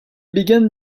began